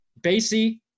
Basie